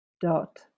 Dot